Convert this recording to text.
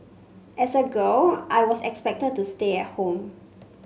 as a girl I was expected to stay at home